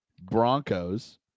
Broncos